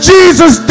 Jesus